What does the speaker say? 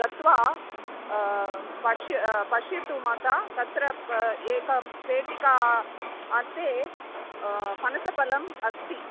गत्वा पश्य पश्यतु मातः तत्र ब एकं पेटिका अन्ते पनसफलम् अस्ति